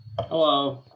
Hello